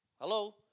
Hello